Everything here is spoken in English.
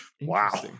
Wow